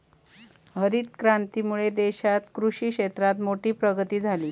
हरीत क्रांतीमुळे देशात कृषि क्षेत्रात मोठी प्रगती झाली